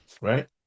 right